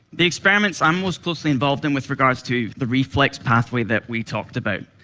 the experiments i am most closely involved in with regards to the reflex pathway that we talked about.